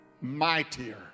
mightier